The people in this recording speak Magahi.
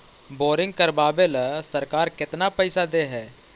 बोरिंग करबाबे ल सरकार केतना पैसा दे है?